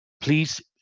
Please